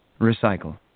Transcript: Recycle